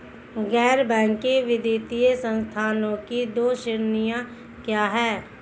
गैर बैंकिंग वित्तीय संस्थानों की दो श्रेणियाँ क्या हैं?